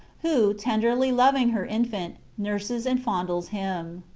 who, tenderly loving her infant, nurses and fondles him.